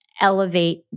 elevate